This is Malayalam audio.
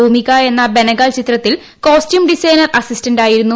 ഭൂമിക എന്ന ബെനഗൽ ചിത്രത്തിൽ കോസ്റ്യൂം ഡിസൈനർ അസിസ്റ്റന്റ്റ് ആയിരുന്നു